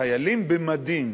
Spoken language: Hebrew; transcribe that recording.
חיילים במדים.